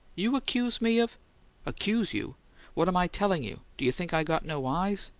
you accuse me of accuse you what am i telling you? do you think i got no eyes?